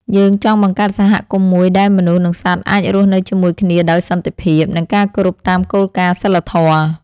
យើងចង់បង្កើតសហគមន៍មួយដែលមនុស្ស និងសត្វអាចរស់នៅជាមួយគ្នាដោយសន្តិភាព និងការគោរពតាមគោលការណ៍សីលធម៌។